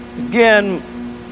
again